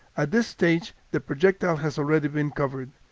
at this stage, the projectile has already been covered.